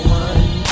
one